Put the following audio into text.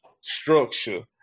structure